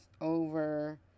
over